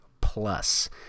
plus